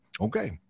Okay